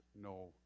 no